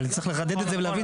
צריך לחדד את זה ולהבין,